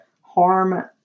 harm